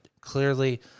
clearly